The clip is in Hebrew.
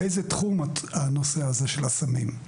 באיזה תחום הנושא הזה של הסמים?